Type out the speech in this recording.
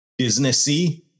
businessy